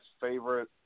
favorite